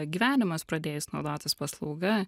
gyvenimas pradėjus naudotis paslauga